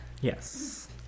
Yes